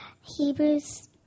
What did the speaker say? Hebrews